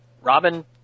Robin